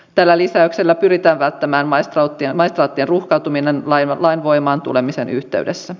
tällä lisäyksellä pyritään välttämään maistraattien ruuhkautuminen lain voimaantulemisen yhteydessä